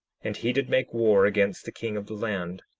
and he did make war against the king of the land,